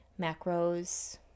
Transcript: macros